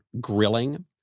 grilling